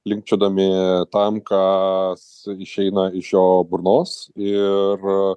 linkčiodami tam kas išeina iš jo burnos ir